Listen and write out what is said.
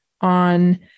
on